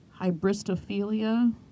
hybristophilia